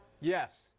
Yes